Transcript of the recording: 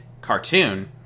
cartoon